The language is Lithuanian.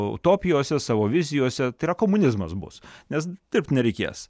utopijose savo vizijose yra komunizmas bus nes dirbt nereikės